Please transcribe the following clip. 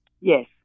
Yes